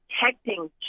protecting